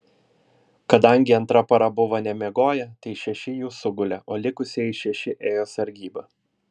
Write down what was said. kadangi antra para buvo nemiegoję tai šeši jų sugulė o likusieji šeši ėjo sargybą